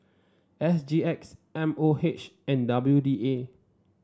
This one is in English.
S G X M O H and W D A